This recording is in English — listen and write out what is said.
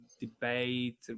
debate